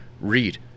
read